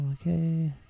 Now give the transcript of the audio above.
okay